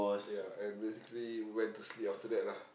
ya and basically went to sleep after that lah